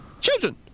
Children